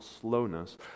slowness